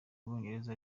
ubwongereza